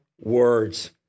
words